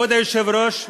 כבוד היושב-ראש,